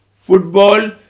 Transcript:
football